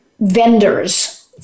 vendors